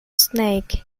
snake